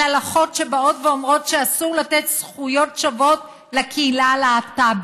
על הלכות שבאות ואומרות שאסור לתת זכויות שוות לקהילה הלהט"בית,